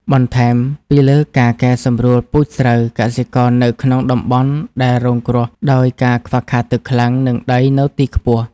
បន្ថែមពីលើការកែសម្រួលពូជស្រូវ កសិករនៅក្នុងតំបន់ដែលរងគ្រោះដោយការខ្វះខាតទឹកខ្លាំង និងដីនៅទីខ្ពស់។